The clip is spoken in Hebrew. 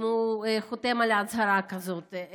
אם הוא חותם על הצהרה כזאת.